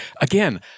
again